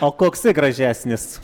o koksai gražesnis